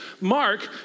Mark